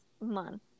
month